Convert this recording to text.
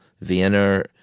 Vienna